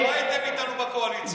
אחמד, כשלא הייתם איתנו בקואליציה.